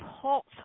pulse